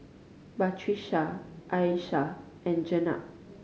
Patrisya Aishah and Jenab